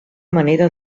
manera